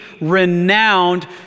renowned